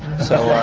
so.